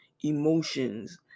emotions